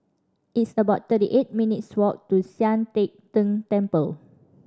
it's about thirty eight minutes' walk to Sian Teck Tng Temple